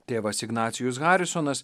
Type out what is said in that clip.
tėvas ignacijus harisonas